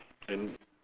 and